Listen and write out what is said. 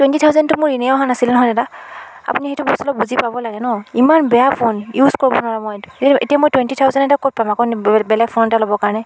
twenty থাওজেণ্ডটো মোৰ ইনেই অহা নাছিল নহয় দাদা আপুনি সেইটো বস্তু অলপ বুজি পাব লাগে ন ইমান বেয়া ফোন ইউজ কৰিব নোৱাৰোঁ মই এত এতিয়া মই টুৱেন্টী থাওজেণ্ড এটা ক'ত পাম আকৌ বে বেলেগ ফোন এটা ল'ব কাৰণে